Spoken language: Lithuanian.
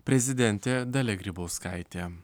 prezidentė dalia grybauskaitė